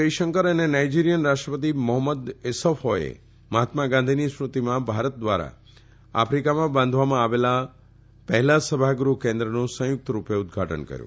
જયશંકર અને નાઇજીરીયન રાષ્ટ્રપતિ મોહમદુ ઇસ્સૌફોએ મહાત્મા ગાંધીની સ્મૃતિમાં ભારત દ્વારા આફ્રિકામાં સ્થાપિત કરવામાં આવેલ પહેલા સભાગૃહ કેન્દ્રનું સંયુક્તરૂપે ઉદ્વાટન કર્યું